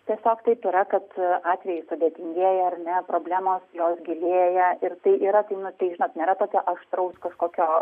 tiesiog taip yra kad atvejai sudėtingėja ar ne problemos jos gilėja ir tai yra tai nu tai žinot nėra tokio aštraus kažkokio